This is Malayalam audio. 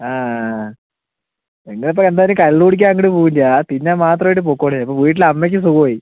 നിങ്ങളിപ്പോൾ എന്തായാലും കള്ളു കുടിക്കാൻ അങ്ങോട്ട് പോവില്ല തിന്നാൻ മാത്രമായിട്ട് പൊക്കോടെ വീട്ടിലമ്മയ്ക്ക് സുഗമായി